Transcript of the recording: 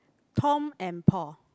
Tom and Paul